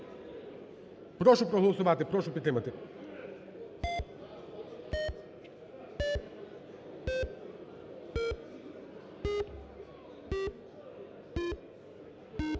Прошу проголосувати. Прошу підтримати.